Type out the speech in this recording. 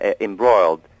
embroiled